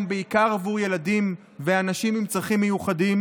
בעיקר עבור ילדים ואנשים עם צרכים מיוחדים,